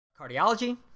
Cardiology